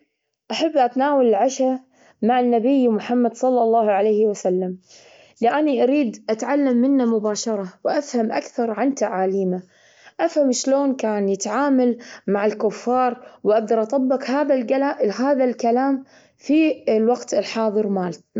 أحب أتناول العشاء مع النبي محمد صلى الله عليه وسلم، لأني أريد أتعلم منه مباشرة وأفهم أكثر عن تعاليمه. أفهم شلون كان يتعامل مع الكفار، وأقدر أطبق هذا الكلا- هذا الكلام في الوقت الحاضر مالت-.